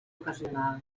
ocasional